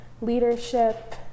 leadership